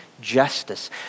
justice